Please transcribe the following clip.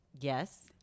Yes